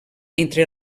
entre